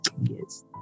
Yes